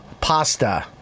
pasta